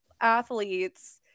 athletes